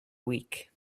week